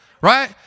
Right